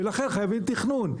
ולכן חייבים תכנון.